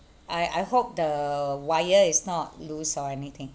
I I hope the wire is not loose or anything